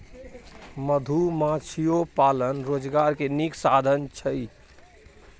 मधुमाछियो पालन रोजगार के नीक साधन छइ